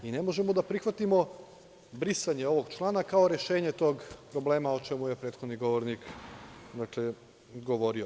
Mi ne možemo da prihvatimo brisanje ovog člana kao rešenje tog problema, o čemu je prethodni govornik govorio.